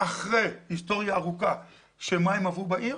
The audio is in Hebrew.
אחרי היסטוריה ארוכה שמים עברו בעיר